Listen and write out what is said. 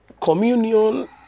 Communion